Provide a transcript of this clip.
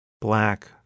black